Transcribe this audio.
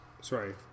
sorry